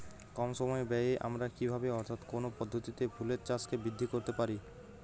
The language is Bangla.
কম সময় ব্যায়ে আমরা কি ভাবে অর্থাৎ কোন পদ্ধতিতে ফুলের চাষকে বৃদ্ধি করতে পারি?